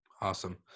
Awesome